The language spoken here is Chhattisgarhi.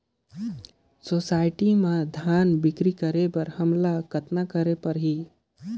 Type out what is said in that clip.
सोसायटी म धान बिक्री करे बर हमला कतना करे परही?